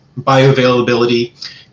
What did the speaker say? bioavailability